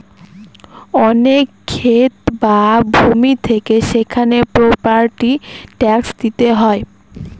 অনেক ক্ষেত বা ভূমি থাকে সেখানে প্রপার্টি ট্যাক্স দিতে হয়